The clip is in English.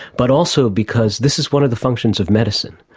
but also because this is one of the functions of medicine,